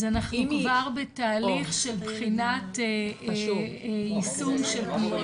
אז אנחנו כבר בתהליך של בחינת יישום של פניות